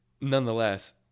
nonetheless